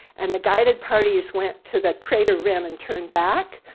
and the guided parties went to the crater rim and turned back,